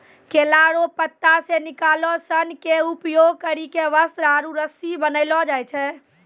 केला रो पत्ता से निकालो सन के उपयोग करी के वस्त्र आरु रस्सी बनैलो जाय छै